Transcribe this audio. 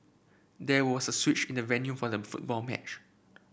there was a switch in the venue for the football match